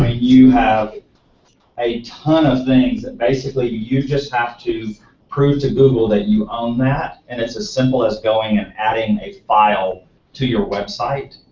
ah you have a ton of things that basically, you just have to prove to google that you own that, and it's as simple as going and adding a file to your website.